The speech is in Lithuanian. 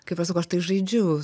kaip aš sakau aš tai žaidžiu